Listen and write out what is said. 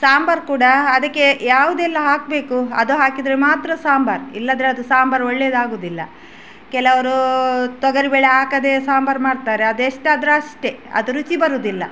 ಸಾಂಬಾರು ಕೂಡ ಅದಕ್ಕೆ ಯಾವುದೆಲ್ಲ ಹಾಕಬೇಕು ಅದು ಹಾಕಿದರೆ ಮಾತ್ರ ಸಾಂಬಾರು ಇಲ್ಲಂದ್ರೆ ಅದು ಸಾಂಬಾರು ಒಳ್ಳೆಯದಾಗೋದಿಲ್ಲ ಕೆಲವರು ತೊಗರಿಬೇಳೆ ಹಾಕದೇ ಸಾಂಬಾರು ಮಾಡ್ತಾರೆ ಅದು ಎಷ್ಟಾದರೂ ಅಷ್ಟೇ ಅದು ರುಚಿ ಬರುವುದಿಲ್ಲ